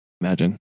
imagine